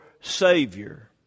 Savior